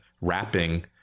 wrapping